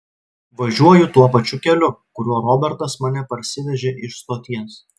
važiuoju tuo pačiu keliu kuriuo robertas mane parsivežė iš stoties